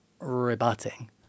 rebutting